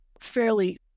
fairly